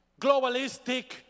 globalistic